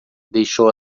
deixou